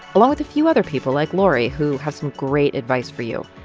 along with a few other people, like lori, who have some great advice for you.